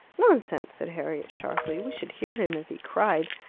nonsense, said harriet sharply. we should hear him if he cried.